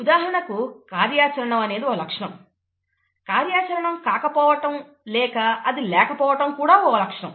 ఉదాహరణకు కార్యాచరణం అనేది ఒక లక్షణం కార్యాచరణం కాకపోవటం లేక అది లేకపోవటం కూడా ఒక లక్షణం